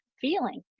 feeling